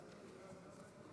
12), התשפ"ג 2023,